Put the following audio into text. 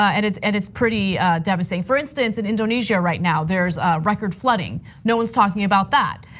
ah and it's and it's pretty devastating. for instance, in indonesia right now, there's record flooding, no one's talking about that.